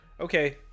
Okay